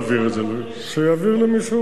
שיעביר למי שהוא רוצה.